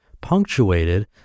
punctuated